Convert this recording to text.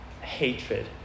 hatred